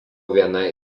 viena